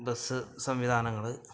bus സംവിധാനങ്ങൾ